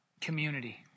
community